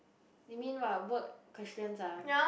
you mean what work questions ah